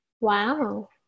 Wow